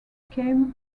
came